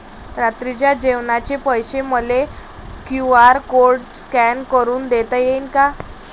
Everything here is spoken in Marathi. रात्रीच्या जेवणाचे पैसे मले क्यू.आर कोड स्कॅन करून देता येईन का?